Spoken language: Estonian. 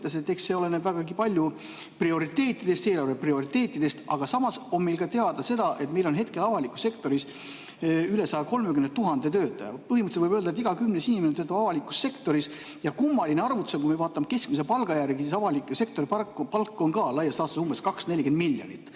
eelarve prioriteetidest, aga samas on meil teada, et meil on hetkel avalikus sektoris üle 130 000 töötaja. Põhimõtteliselt võib öelda, et iga kümnes inimene töötab avalikus sektoris. Ja kummaline arvutus, kui me vaatame keskmise palga järgi, siis avaliku sektori palk on ka laias laastus umbes 240 miljonit